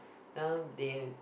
uh they would